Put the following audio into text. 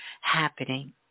happening